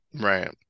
right